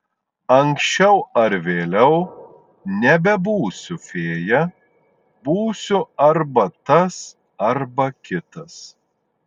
anksčiau ar vėliau nebebūsiu fėja būsiu arba tas arba kitas